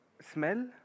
smell